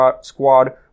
squad